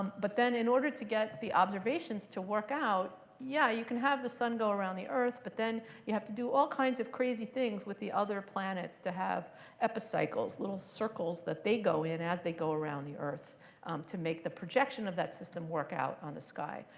but then in order to get the observations to work out, yeah, you can have the sun go around the earth. but then you have to do all kinds of crazy things with the other planets to have epicycles little circles that they go in as they go around the earth to make the projection of that system work out on the sky.